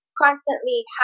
Constantly